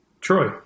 Troy